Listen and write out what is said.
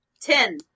Ten